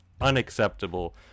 Unacceptable